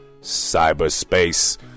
cyberspace